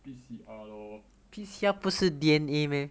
P_C_R lor